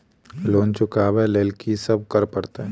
Loan चुका ब लैल की सब करऽ पड़तै?